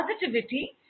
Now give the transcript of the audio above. positivity